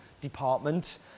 department